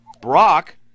brock